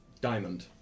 diamond